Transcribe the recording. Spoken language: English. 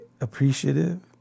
appreciative